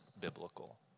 biblical